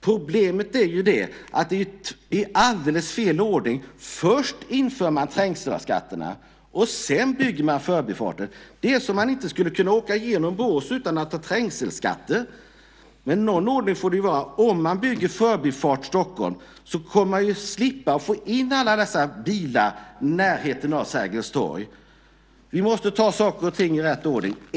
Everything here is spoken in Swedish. Problemet är att det är alldeles fel ordning. Först inför man trängselskatterna och sedan bygger man förbifarter. Det är som att inte kunna åka genom Borås utan att betala trängselskatt. Någon ordning får det vara. Om man bygger Förbifart Stockholm slipper man få in alla dessa bilar i närheten av Sergels torg. Vi måste ta saker och ting i rätt ordning.